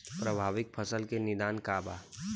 प्रभावित फसल के निदान का बा?